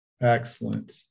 Excellent